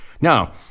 Now